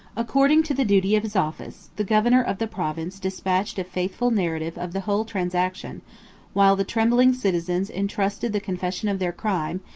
according to the duty of his office, the governor of the province despatched a faithful narrative of the whole transaction while the trembling citizens intrusted the confession of their crime,